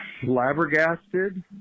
flabbergasted